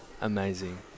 Amazing